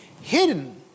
hidden